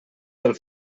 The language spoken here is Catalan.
del